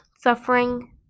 suffering